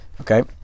okay